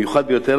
המיוחד ביותר,